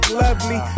lovely